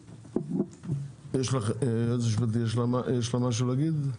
היועצת המשפטית, יש לך משהו להגיד?